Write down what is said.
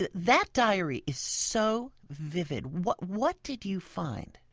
that that diary is so vivid. what what did you find?